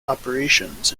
operations